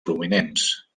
prominents